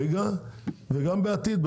וגם בעתיד,